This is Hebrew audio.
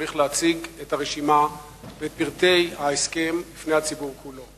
צריך להציג את הרשימה ואת פרטי ההסכם בפני הציבור כולו.